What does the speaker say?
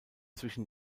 zwischen